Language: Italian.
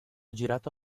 girato